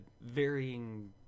varying